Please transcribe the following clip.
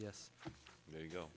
yes there you go